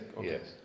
Yes